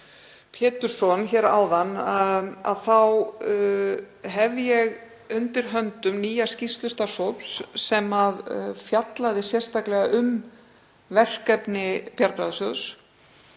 Pétursson hér áðan þá hef ég undir höndum nýja skýrslu starfshóps sem fjallaði sérstaklega um verkefni Bjargráðasjóðs.